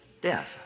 death